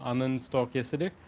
ah none stoke yesterday.